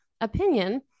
opinion